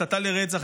הסתה לרצח,